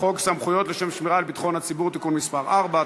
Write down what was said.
חוק סמכויות לשם שמירה על ביטחון הציבור (תיקון מס' 4),